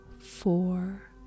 four